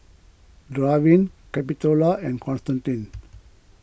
Draven Capitola and Constantine